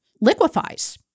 liquefies